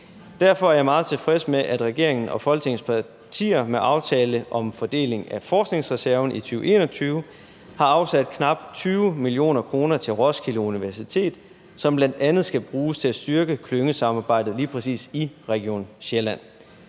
Derfor er jeg meget tilfreds med, at regeringen og Folketingets partier med aftalen om fordeling af forskningsreserven i 2021 har afsat knap 20 mio. kr. til Roskilde Universitet, som bl.a. skal bruges til at styrke klyngesamarbejdet lige præcis i Region Sjælland.